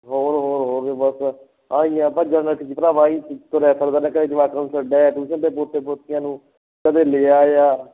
ਹੋਰ ਹੋਰ ਹੋਰ ਫੇਰ ਬਸ ਬਸ ਆਂਈਂ ਹੈ ਭੱਜਣ ਦਾ ਤਾਂ ਕੀ ਭਰਾਵਾ ਆਂਈ ਤੁਰਿਆ ਫਿਰਦਾ ਮੈਂ ਕਦੇ ਜਵਾਕ ਛੱਡ ਆਇਆ ਟਿਊਸ਼ਨ 'ਤੇ ਪੋਤੇ ਪੋਤੀਆਂ ਨੂੰ ਕਦੇ ਲੈ ਆਇਆ